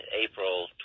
April